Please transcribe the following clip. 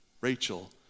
Rachel